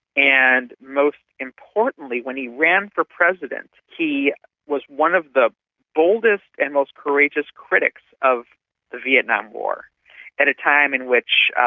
and most importantly, when he ran for president he was one of the boldest and most courageous critics of the vietnam war at a time in which,